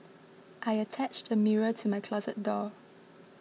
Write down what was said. I attached a mirror to my closet door